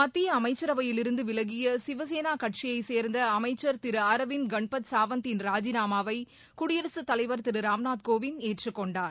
மத்திய அமைச்சரவையில் இருந்து விலகிய சிவசேனா கட்சியை சேர்ந்த அமைச்சர் திரு அரவிந்த் கன்பத் சாவந்தின் ராஜினாமாவை குடியரசுத் தலைவர் திரு ராம்நாத் கோவிந்த் ஏற்றுக் கொண்டார்